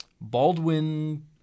Baldwin